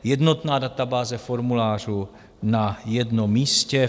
Jednotná databáze formulářů na jednom místě.